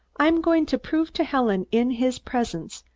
i'm going to prove to helen, in his presence,